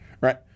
Right